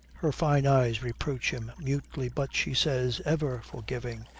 her fine eyes reproach him mutely, but she says, ever forgiving,